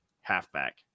halfback